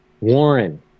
Warren